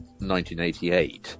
1988